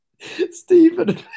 Stephen